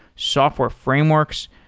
software frameworks,